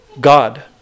God